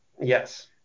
Yes